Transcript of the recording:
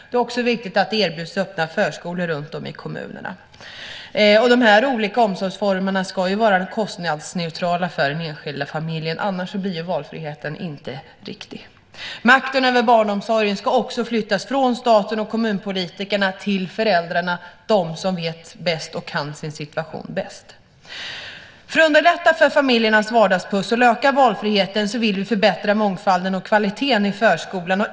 Det är också viktigt att det erbjuds öppna förskolor runtom i kommunerna. De olika omsorgsformerna ska vara kostnadsneutrala för den enskilda familjen, annars blir det ingen riktig valfrihet. Makten över barnomsorgen ska också flyttas från staten och kommunpolitikerna till föräldrarna - de som vet bäst och känner till sin situation bäst. För att underlätta familjernas vardagspusslande och öka valfriheten vill vi förbättra mångfalden och kvaliteten i förskolan.